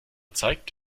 zeigt